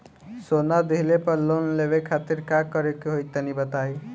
सोना दिहले पर लोन लेवे खातिर का करे क होई तनि बताई?